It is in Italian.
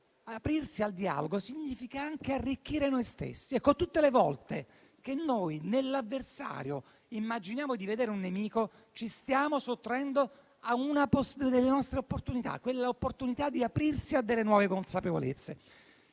aprirsi al dialogo significa anche arricchire noi stessi. Tutte le volte che noi nell'avversario immaginiamo di vedere un nemico ci stiamo sottraendo a una delle nostre opportunità, l'opportunità di aprirsi a delle nuove consapevolezze.